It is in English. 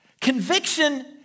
Conviction